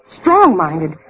strong-minded